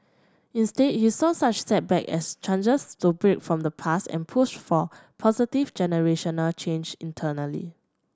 instead he saw such setbacks as chances to break from the past and push for positive generational change internally